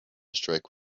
strike